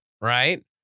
right